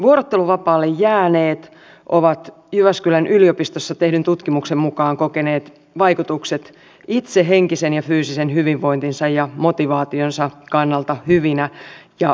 vuorotteluvapaalle jääneet ovat jyväskylän yliopistossa tehdyn tutkimuksen mukaan kokeneet vaikutukset itse henkisen ja fyysisen hyvinvointinsa ja motivaationsa kannalta hyvinä ja parantuneina